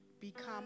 become